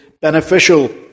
beneficial